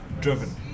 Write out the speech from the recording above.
driven